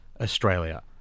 Australia